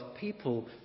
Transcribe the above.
people